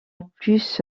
plus